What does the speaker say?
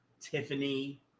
Tiffany